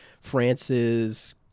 france's